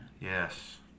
Yes